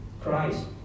Christ